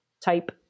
type